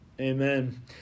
Amen